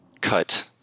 cut